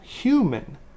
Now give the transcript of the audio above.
human